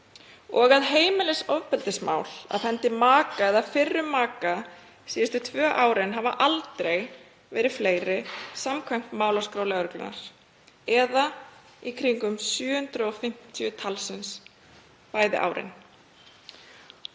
og að heimilisofbeldismál af hendi maka eða fyrrum maka síðustu tvö árin hafa aldrei verið fleiri samkvæmt málaskrá lögreglunnar, eða í kringum 750 talsins bæði árin.“